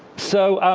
so